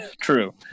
True